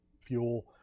fuel